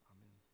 Amen